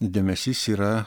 dėmesys yra